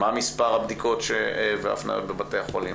מה מספר הבדיקות וההפניות בבתי החולים?